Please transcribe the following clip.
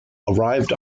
arrived